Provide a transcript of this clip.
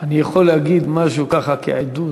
אני יכול להגיד משהו ככה, כעדות.